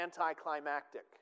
anticlimactic